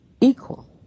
equal